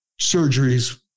surgeries